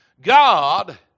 God